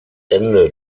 ende